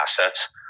assets